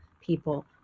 people